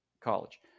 college